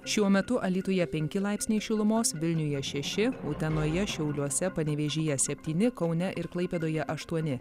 šiuo metu alytuje penki laipsniai šilumos vilniuje šeši utenoje šiauliuose panevėžyje septyni kaune ir klaipėdoje aštuoni